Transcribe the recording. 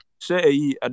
Say